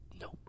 nope